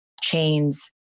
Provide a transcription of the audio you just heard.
chains